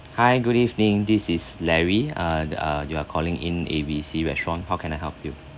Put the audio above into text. hi good evening this is larry err err you are calling in A B C restaurant how can I help you